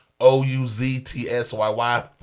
O-U-Z-T-S-Y-Y